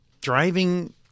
driving